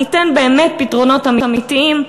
ניתן באמת פתרונות אמיתיים,